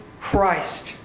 Christ